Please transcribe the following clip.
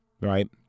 right